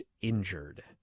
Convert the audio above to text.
injured